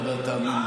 יכול לדאוג למרפא.